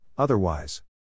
Otherwise